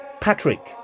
Patrick